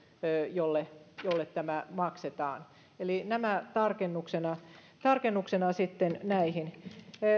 jolle jolle tämä maksetaan eli nämä tarkennuksena tarkennuksena sitten näihin